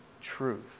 truth